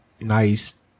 nice